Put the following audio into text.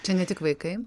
čia ne tik vaikai